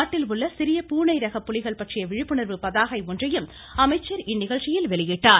நாட்டில் உள்ள சிறிய பூனை ரக புலிகள் பற்றிய விழிப்புணர்வு பதாகை ஒன்றையும் அமைச்சர் இந்நிகழ்ச்சியில் வெளியிட்டார்